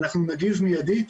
אנחנו נגיב מיידית,